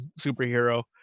superhero